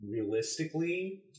realistically